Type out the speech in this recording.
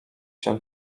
się